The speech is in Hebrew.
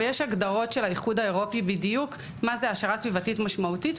ויש הגדרות של האיחוד האירופי בדיוק מה זה העשרה סביבתית משמעותית,